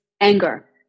anger